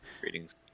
Greetings